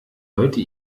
leute